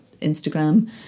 Instagram